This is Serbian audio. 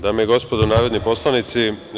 Dame i gospodo narodni poslanici.